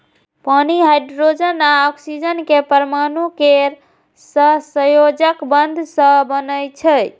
पानि हाइड्रोजन आ ऑक्सीजन के परमाणु केर सहसंयोजक बंध सं बनै छै